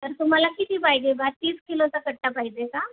तर तुम्हाला किती पाहिजे बुवा तीस किलोचा कट्टा पाहिजे का